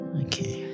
Okay